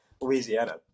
Louisiana